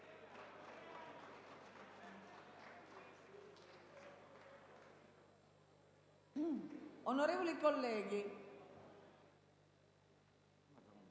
onorevoli colleghi,